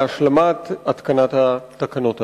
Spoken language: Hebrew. להשלמת התקנת התקנות הללו?